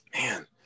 Man